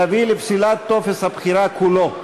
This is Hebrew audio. יביא לפסילת טופס הבחירה כולו.